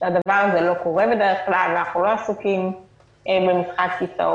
גם זה סעיף שאמור להקטין את השימוש הציני במנגנונים האלה של התפטרות.